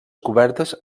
cobertes